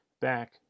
back